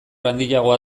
handiagoa